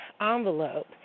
envelope